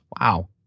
Wow